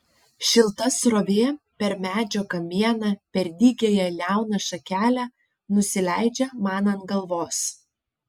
šilta srovė per medžio kamieną per dygiąją liauną šakelę nusileidžia man ant galvos